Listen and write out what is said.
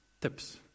tips